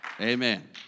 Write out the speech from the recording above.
Amen